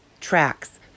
tracks